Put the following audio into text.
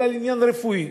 אלא על עניין רפואי,